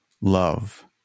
love